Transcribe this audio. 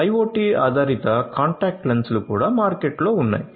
IOT ఆధారిత contact లెన్సులు కూడా మార్కెట్లో ఉన్నాయి